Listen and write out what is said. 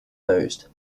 nosed